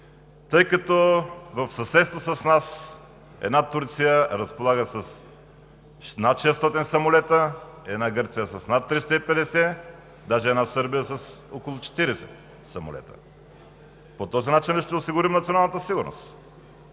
тъй като в съседство с нас една Турция разполага с над 600 самолета, една Гърция с над 350, даже една Сърбия с около 40 самолета. По този начин ли ще осигурим националната сигурност